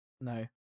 No